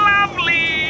Lovely